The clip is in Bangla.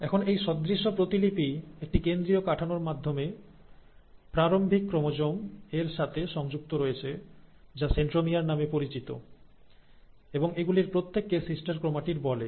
এখন এই সদৃশ্য প্রতিলিপি একটি কেন্দ্রীয় কাঠামোর মাধ্যমে প্রারম্ভিক ক্রোমোজোম এর সাথেও সংযুক্ত রয়েছে যা সেন্ট্রোমিয়ার নামে পরিচিত এবং এগুলির প্রত্যেককে সিস্টার ক্রোমাটিড বলে